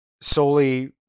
solely